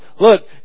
Look